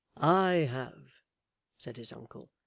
i have said his uncle.